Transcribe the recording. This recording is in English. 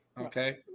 Okay